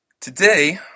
today